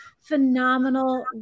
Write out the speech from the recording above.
phenomenal